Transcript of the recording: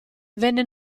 venne